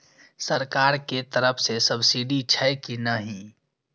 सरकार के तरफ से सब्सीडी छै कि नहिं?